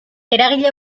eragile